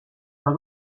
del